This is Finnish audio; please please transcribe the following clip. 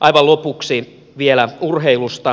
aivan lopuksi vielä urheilusta